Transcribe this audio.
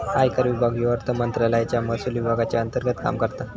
आयकर विभाग ह्यो अर्थमंत्रालयाच्या महसुल विभागाच्या अंतर्गत काम करता